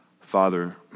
Father